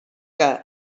que